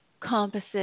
composite